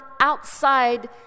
outside